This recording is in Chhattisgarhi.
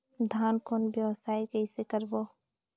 धान कौन व्यवसाय कइसे करबो?